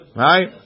right